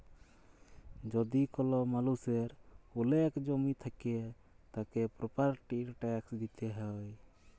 যদি কল মালুষের ওলেক জমি থাক্যে, তাকে প্রপার্টির ট্যাক্স দিতে হ্যয়